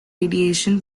radiation